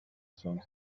some